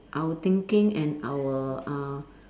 our thinking and our uh